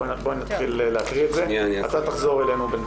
בוא נתחיל לקרוא את זה, ואתה תחזור אלינו.